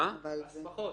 ההסמכות.